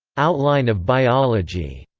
outline of biology